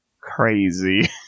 crazy